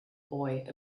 boy